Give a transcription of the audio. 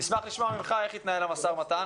נשמח לשמוע ממך איך התנהל המשא ומתן.